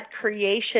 creation